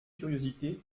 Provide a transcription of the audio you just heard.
curiosité